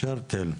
תודה רבה.